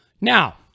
Now